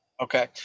okay